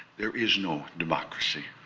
there is no democracy.